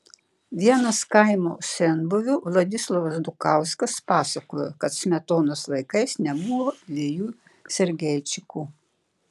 vienas kaimo senbuvių vladislovas dukauskas pasakojo kad smetonos laikais nebuvo dviejų sergeičikų